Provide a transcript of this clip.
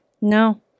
No